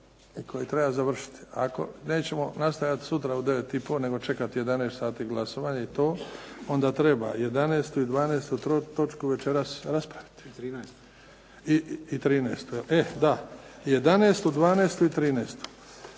i koje treba završiti. Ako nećemo nastavljat sutra u 9 i pol nego čekati 11 glasovanje i to, onda treba 11. i 12. točku večeras raspraviti. I 13., e da 11., 12. i 13.